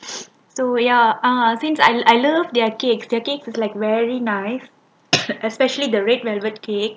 so ya uh since I I love their cake their cake is like very nice especially the red velvet cake